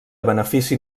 benefici